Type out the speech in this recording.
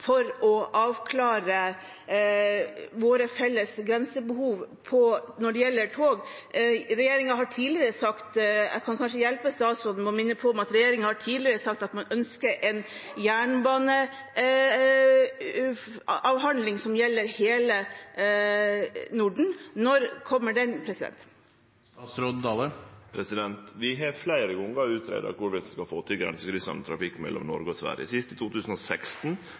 for å avklare våre felles grensebehov når det gjelder tog. Jeg kan kanskje hjelpe statsråden ved å minne om at regjeringen tidligere har sagt at man ønsker en jernbaneavhandling som gjelder hele Norden. Når kommer den? Vi har fleire gonger greidd ut korleis vi skal få til grensekryssande trafikk mellom Noreg og Sverige, sist i 2016